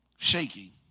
Shaking